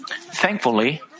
thankfully